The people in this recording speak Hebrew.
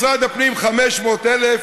משרד הפנים, 500,000,